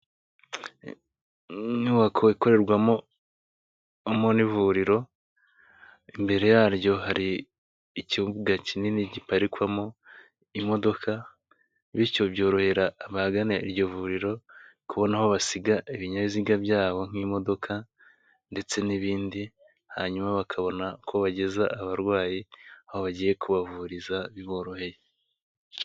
Inyubako ikorerwamo n'ivuriro, imbere yaryo hari ikibuga kinini giparikwamo imodoka, bityo byorohera abagana iryo vuriro kubona aho basiga ibinyabiziga byabo nk'imodoka, ndetse n'ibindi, hanyuma bakabona uko bageza abarwayi aho bagiye kubavuriza biboroheye.